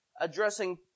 addressing